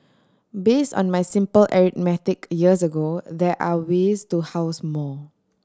based on my simple arithmetic years ago there are ways to house more